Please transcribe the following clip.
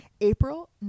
April